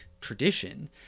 tradition